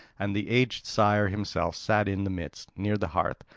and the aged sire himself sat in the midst, near the hearth,